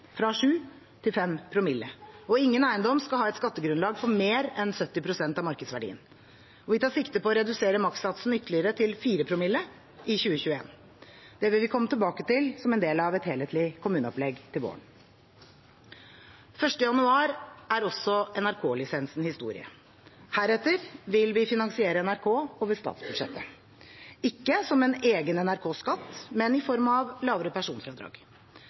fra 7 til 5 promille. Og ingen eiendom skal ha et skattegrunnlag på mer enn 70 pst. av markedsverdien. Vi tar sikte på å redusere makssatsen ytterligere til 4 promille fra 2021. Det vil vi komme tilbake til som en del av et helhetlig kommuneopplegg til våren. Den 1. januar er også NRK-lisensen historie. Heretter vil vi finansiere NRK over statsbudsjettet, ikke som en egen NRK-skatt, men i form av lavere personfradrag.